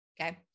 Okay